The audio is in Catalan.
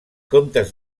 comptes